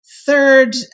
Third